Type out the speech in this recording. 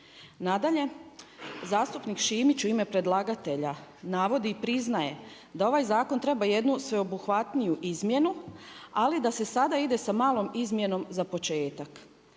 Nadalje, zastupnik Šimić u ime predlagatelja navodi i priznaje da ovaj zakon treba jednu sveobuhvatniju izmjenu ali da se sada ide sa malom izmjenom za početak.